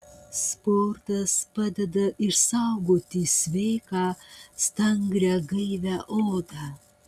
sportas padeda išsaugoti sveiką stangrią gaivią odą